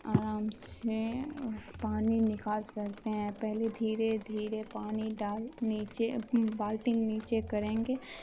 آرام سے پانی نکال سکتے ہیں پہلے دھیرے دھیرے پانی ڈال نیچے بالٹی نیچے کریں گے